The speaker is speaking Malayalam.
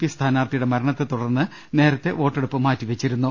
പി സ്ഥാനാർത്ഥിയുടെ മരണത്തെ തുടർന്ന് നേരത്തെ വോട്ടെടുപ്പ് മാറ്റിവെച്ചിരുന്നു